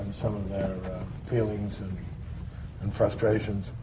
some of their feelings and frustrations.